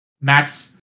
Max